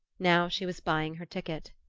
now she was buying her ticket.